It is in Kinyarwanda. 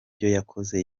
yakoze